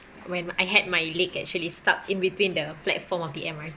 when I had my leg actually stuck in between the platform of the M_R_T